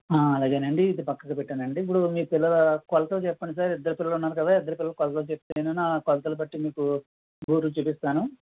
అలాగేనండి ఇది పక్కకి పెట్టాను అండి ఇప్పుడు మీ పిల్లల కొలతలు చెప్పండి సార్ ఇద్దరు పిల్లలు ఉన్నారు కదా ఇద్దరు పిల్లల కొలతలు చెప్తే నేను ఆ కొలతలు బట్టి మీకు బూట్లు చూపిస్తాను